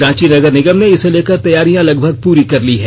रांची नगर निगम ने इसे लेकर तैयारियां लगभग पूरी कर ली है